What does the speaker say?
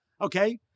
okay